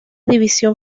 división